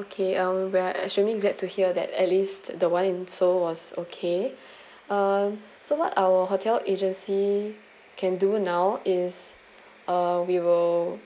okay um we're extremely glad to hear that at least the one in seoul was okay um so what our hotel agency can do now is uh we will